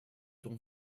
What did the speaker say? ton